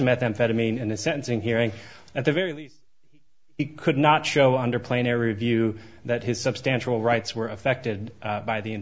methamphetamine and a sentencing hearing at the very least it could not show under plain every view that his substantial rights were affected by the